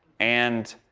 and,